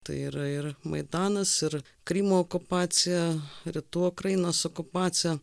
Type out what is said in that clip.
tai yra ir maidanas ir krymo okupacija rytų ukrainos okupacija